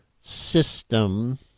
system